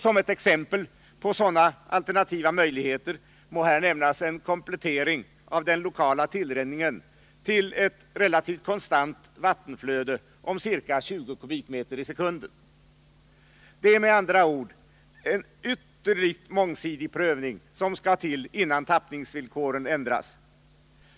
Som ett exempel på sådana alternativa möjligheter må nämnas en komplettering av den lokala tillrinningen till ett relativt konstant vattenflöde om ca 20 m?/sek. Det är med andra ord en ytterligt mångsidig prövning som skall till innan tappningsvillkoren ändras.